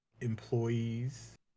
employees